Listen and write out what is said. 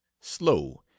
slow